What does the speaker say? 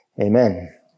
Amen